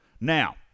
Now